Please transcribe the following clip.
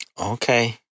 Okay